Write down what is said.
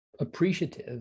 appreciative